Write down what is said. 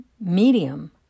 medium